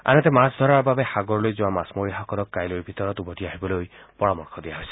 আনহাতে মাছ ধৰাৰ বাবে সাগৰলৈ যোৱা মাছমৰীয়াসকলক কাইলৈৰ ভিতৰত উভতি আহিবলৈ পৰামৰ্শ দিয়া হৈছে